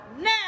now